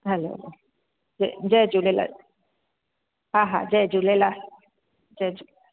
हलो जय जय झूलेलाल हा हा जय झूलेलाल जय झूले